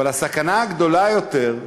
אבל הסכנה הגדולה יותר,